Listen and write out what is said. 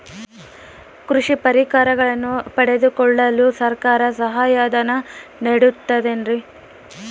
ಕೃಷಿ ಪರಿಕರಗಳನ್ನು ಪಡೆದುಕೊಳ್ಳಲು ಸರ್ಕಾರ ಸಹಾಯಧನ ನೇಡುತ್ತದೆ ಏನ್ರಿ?